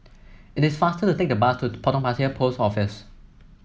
it is faster to take the bus to Potong Pasir Post Office